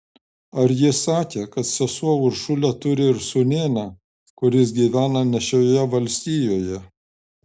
ar ji sakė kad sesuo uršulė turi ir sūnėną kuris gyvena ne šioje valstijoje